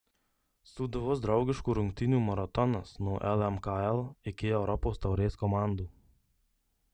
sūduvos draugiškų rungtynių maratonas nuo lmkl iki europos taurės komandų